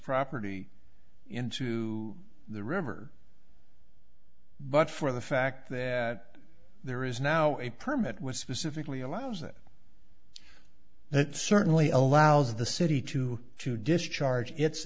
property into the river but for the fact that there is now a permit was specifically allows it that certainly allows the city to to discharge it